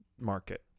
market